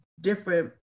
different